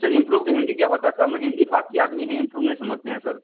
sir ये improve के हिन्दी क्या होता है सर हम हिन्दी भाषी आदमी हैं इम्प्रूव नहीं समझते हैं सर